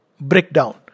breakdown